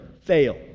fail